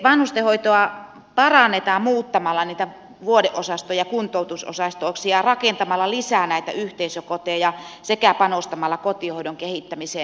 vanhustenhoitoa parannetaan muuttamalla niitä vuodeosastoja kuntoutusosastoiksi ja rakentamalla lisää näitä yhteisökoteja sekä panostamalla kotihoidon kehittämiseen